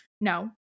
No